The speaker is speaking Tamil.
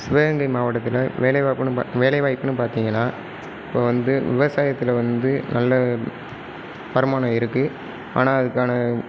சிவகங்கை மாவட்டத்தில் வேலை வாய்ப்புனு வேலை வாய்ப்புன்னு பார்த்தீங்கனா இப்போ வந்து விவசாயத்தில் வந்து நல்ல வருமானம் இருக்கு ஆனால் அதுக்கான